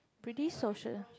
pretty social